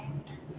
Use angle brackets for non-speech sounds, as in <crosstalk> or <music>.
<noise>